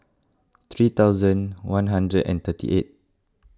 three thousand one hundred and thirty eight